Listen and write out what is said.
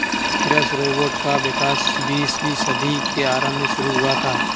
कृषि रोबोट का विकास बीसवीं सदी के आरंभ में शुरू हुआ था